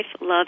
Love